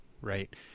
right